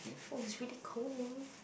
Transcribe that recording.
oh it's really cold